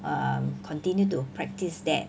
um continue to practice that